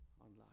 online